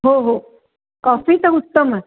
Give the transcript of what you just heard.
हो हो कॉफी तर उत्तमच